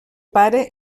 pare